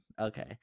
Okay